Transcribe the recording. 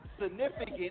significant